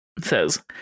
Says